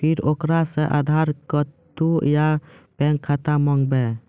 फिर ओकरा से आधार कद्दू या बैंक खाता माँगबै?